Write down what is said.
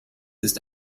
ist